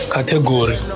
Category